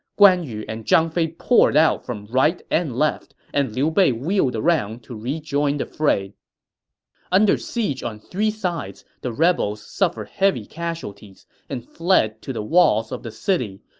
guan yu and zhang fei poured out from right and left, and liu bei wheeled around to rejoin the fray under siege on three sides, the rebels suffered heavy casualties and fled to the walls of qingzhou city.